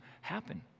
happen